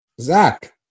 Zach